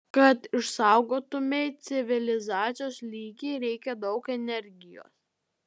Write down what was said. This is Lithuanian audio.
kad išsaugotumei civilizacijos lygį reikia daug energijos